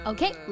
Okay